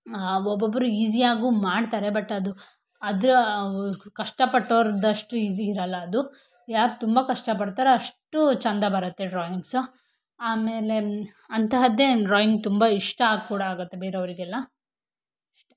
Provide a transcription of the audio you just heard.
ಒಬ್ಬೊಬ್ಬರು ಈಸಿಯಾಗೂ ಮಾಡ್ತಾರೆ ಬಟ್ ಅದು ಅದರ ಕಷ್ಟಪಟ್ಟವರದಷ್ಟು ಈಸಿ ಇರಲ್ಲ ಅದು ಯಾರು ತುಂಬ ಕಷ್ಟ ಪಡ್ತಾರೆ ಅಷ್ಟು ಚಂದ ಬರತ್ತೆ ಡ್ರಾಯಿಂಗ್ಸು ಆಮೇಲೆ ಅಂತಹದ್ದೇ ಡ್ರಾಯಿಂಗ್ ತುಂಬ ಇಷ್ಟ ಕೂಡ ಆಗತ್ತೆ ಬೇರೆವ್ರಿಗೆಲ್ಲ ಅಷ್ಟೆ